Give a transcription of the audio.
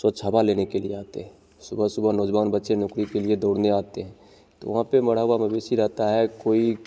स्वच्छ हवा लेने के लिए आते हैं सुबह सुबह नौजवान बच्चे नौकरी के लिए दौड़ने आते हैं तो वहाँ पे मरा हुआ मवेशी रहता है कोई